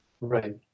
Right